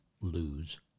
lose